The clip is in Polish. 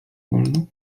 wolno